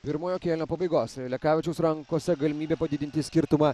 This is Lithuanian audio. pirmojo kėlinio pabaigos ir lekavičiaus rankose galimybė padidinti skirtumą